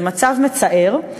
זה מצב מצער,